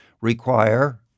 require